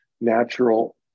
natural